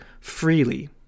freely